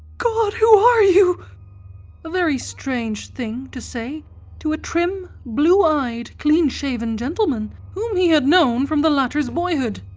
god, who are you? a very strange thing to say to a trim, blue-eyed, clean-shaven gentleman whom he had known from the latter's boyhood.